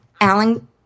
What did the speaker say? Alan